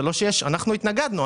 אנחנו התנגדנו,